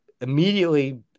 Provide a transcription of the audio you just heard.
immediately